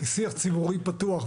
כשיח ציבורי פתוח,